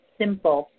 simple